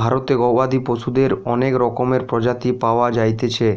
ভারতে গবাদি পশুদের অনেক রকমের প্রজাতি পায়া যাইতেছে